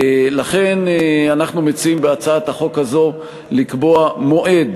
לכן אנחנו מציעים בהצעת החוק הזאת לקבוע מועד